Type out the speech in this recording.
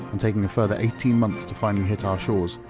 and taking a further eighteen months to finally hit our shores,